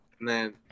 Man